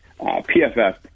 PFF